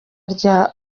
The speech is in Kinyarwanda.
rya